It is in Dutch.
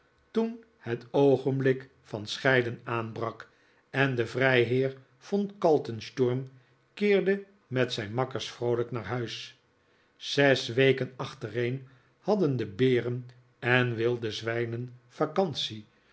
toen het oogenblik van scheiden aanbrak en de vrijheer von kaltensturm keerde met zijn makkers vroolijk naar huis zes weken achtereen hadden de beren en wilde zwijnen vacantie